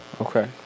Okay